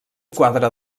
quadre